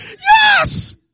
Yes